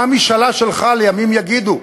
מה המשאלה שלך לימים יגידו?